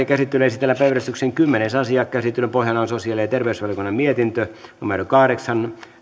käsittelyyn esitellään päiväjärjestyksen kymmenes asia käsittelyn pohjana on sosiaali ja terveysvaliokunnan mietintö kahdeksan